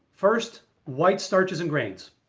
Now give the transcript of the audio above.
first, white starches and grains,